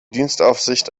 dienstaufsicht